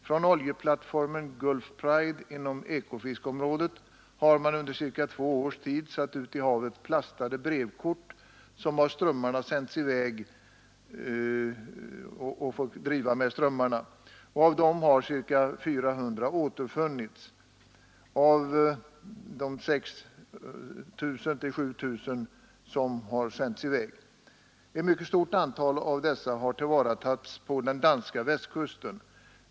Från oljeplattformen Gulfpride inom Ekofiskområdet har man under ca 2 års tid satt ut i havet plastade brevkort, som av strömmarna förts till olika platser runt Nordsjön. Av de 6 000—7 000 som hittills sänts i väg har drygt 400 återfunnits. Ett mycket stort antal av dessa har tillvaratagits på den danska västkusten.